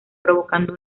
provocando